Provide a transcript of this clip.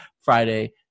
Friday